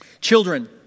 Children